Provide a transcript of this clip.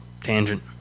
tangent